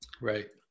Right